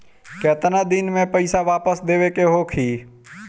केतना दिन में पैसा वापस देवे के होखी?